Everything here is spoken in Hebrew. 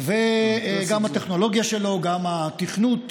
עכשיו הילדים